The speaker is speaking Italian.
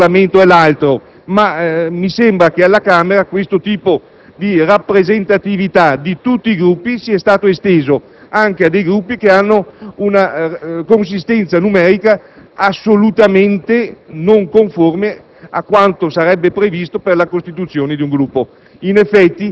non voglio fare raffronti tra un ramo del Parlamento e l'altro, mi sembra tuttavia che alla Camera questo tipo di rappresentatività di tutti i Gruppi sia stato esteso anche a Gruppi che hanno una consistenza numerica assolutamente non conforme